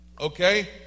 okay